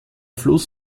fluss